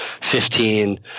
fifteen